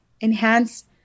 enhance